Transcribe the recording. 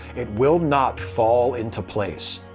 it will not fall into place.